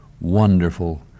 Wonderful